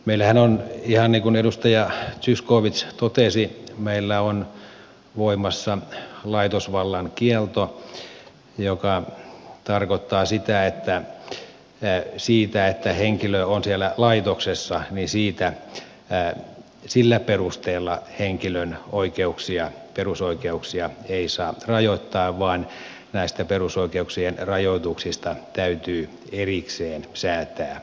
meillähän on ihan niin kuin edustaja zyskowicz totesi voimassa laitosvallan kielto joka tarkoittaa sitä että sillä perusteella että henkilö on siellä laitoksessa ei siitä mitään sillä perusteella henkilön perusoikeuksia ei saa rajoittaa vaan näistä perusoikeuksien rajoituksista täytyy erikseen säätää lailla